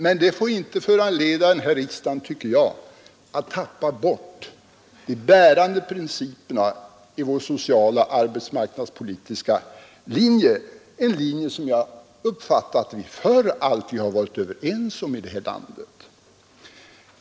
Men det får inte föranleda riksdagen, tycker jag, att tappa bort de bärande principerna i vår sociala och arbetsmarknadspolitiska linje, en linje som vi, enligt vad jag uppfattar, förut alltid varit överens om här i landet.